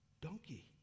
donkey